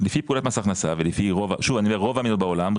לפי פקודת מס הכנסה ולפי רוב המדינות בעולם,